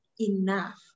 enough